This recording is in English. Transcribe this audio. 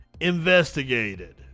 investigated